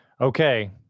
Okay